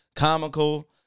Comical